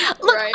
Look